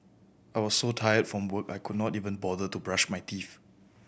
I was so tired from work I could not even bother to brush my teeth